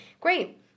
great